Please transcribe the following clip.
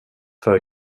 för